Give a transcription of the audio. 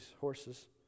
horses